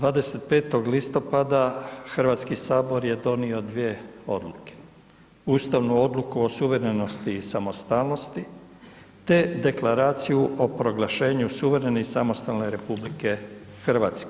25. listopada HS je donio dvije odluke, ustavnu odluku o suverenosti i samostalnosti, te Deklaraciju o proglašenju suverene i samostalne RH.